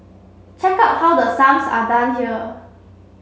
check out how the sums are done here